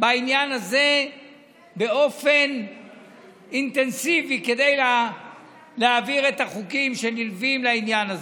בעניין הזה באופן אינטנסיבי כדי להעביר את החוקים שנלווים לעניין הזה.